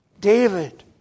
David